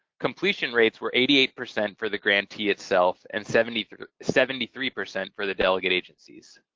completion rates were eighty eight percent for the grantee itself and seventy three seventy three percent for the delegate agencies.